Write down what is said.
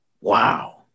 Wow